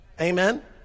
amen